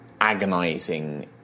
agonizing